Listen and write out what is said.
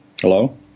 Hello